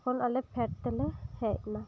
ᱛᱚᱠᱷᱚᱱ ᱟᱞᱮ ᱯᱷᱮᱰ ᱛᱮᱞᱮ ᱦᱮᱡ ᱮᱱᱟ